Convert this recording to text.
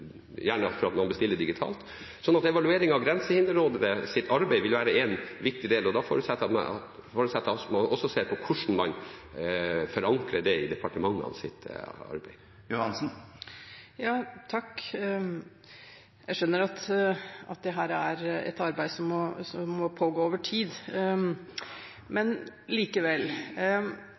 gjerne ved at man bestiller digitalt. Så evalueringen av Grensehinderrådets arbeid vil være en viktig del, og da forutsetter jeg at man også ser på hvordan man forankrer det i departementenes arbeid. Jeg skjønner at dette er et arbeid som må pågå over tid, men likevel